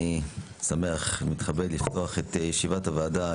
אני שמח ומתכבד לפתוח את ישיבת הוועדה.